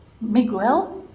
Miguel